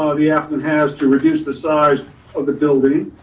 ah the applicant has to reduce the size of the building.